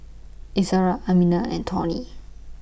Izora Amina and Tawny